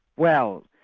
well,